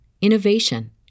innovation